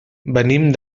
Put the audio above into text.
venim